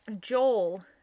Joel